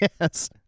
Yes